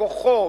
בכוחו,